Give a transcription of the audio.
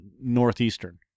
northeastern